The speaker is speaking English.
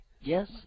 Yes